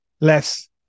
less